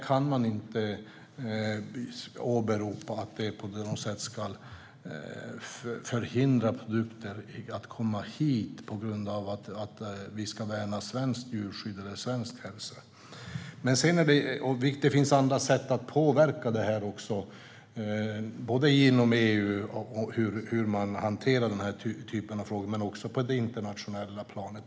Man kan inte åberopa att produkter ska hindras från att komma hit på grund av att vi ska värna svenskt djurskydd eller svensk hälsa. Det finns andra sätt att påverka detta - inom EU och beträffande hur man hanterar den här typen av frågor men också på det internationella planet.